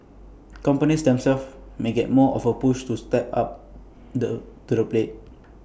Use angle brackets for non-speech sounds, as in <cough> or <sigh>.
companies <noise> themselves may get more of A push to step up the to the plate